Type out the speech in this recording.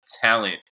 talent